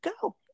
go